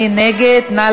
מי